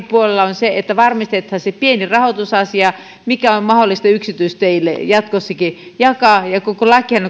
puolella on se että varmistetaan se pieni rahoitusasia mikä on mahdollista yksityisteille jatkossakin jakaa koko lakihan